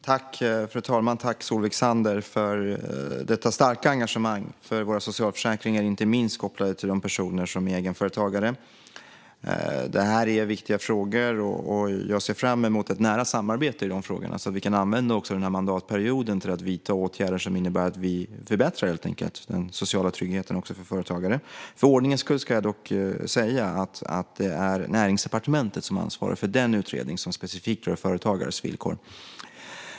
Fru talman! Tack, Solveig Zander, för detta starka engagemang för våra socialförsäkringar, inte minst kopplat till de personer som är egenföretagare. Detta är viktiga frågor, och jag ser fram emot ett nära samarbete så att vi kan använda mandatperioden till att vidta åtgärder som innebär att vi förbättrar den sociala tryggheten också för företagare. För ordningens skull ska jag dock säga att det är Näringsdepartementet som ansvarar för den utredning som specifikt rör företagares villkor.